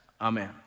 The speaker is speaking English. amen